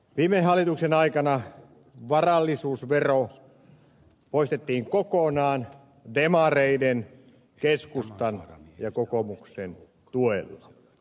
viime hallituksen aikana varallisuusvero poistettiin kokonaan demareiden keskustan ja kokoomuksen tuella